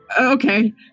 Okay